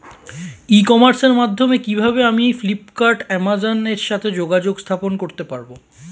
ই কমার্সের মাধ্যমে কিভাবে আমি ফ্লিপকার্ট অ্যামাজন এর সাথে যোগাযোগ স্থাপন করতে পারব?